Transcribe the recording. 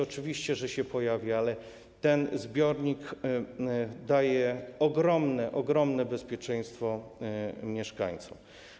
Oczywiście, że się pojawi, ale ten zbiornik daje ogromne bezpieczeństwo mieszkańcom.